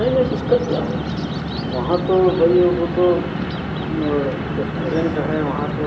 नहीं नहीं दिक़्कत क्या होगी वहाँ तो भाई वह तो रेस्टोरेंट है वहाँ तो